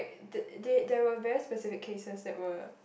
the they there were very specific cases that were